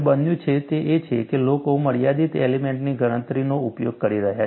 જે બન્યું છે તે એ છે કે લોકો મર્યાદિત એલિમેન્ટની ગણતરીનો ઉપયોગ કરી રહ્યા છે